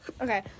Okay